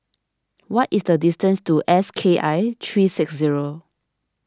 what is the distance to S K I three six zero